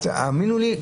האמינו לי,